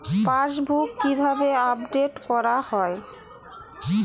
Passbook কিভাবে update করা হয়?